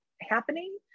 happening